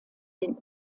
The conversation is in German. den